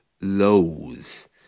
lows